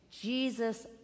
Jesus